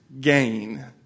gain